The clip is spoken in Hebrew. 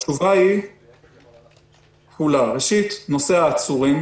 התשובה היא, ראשית, נושא העצורים.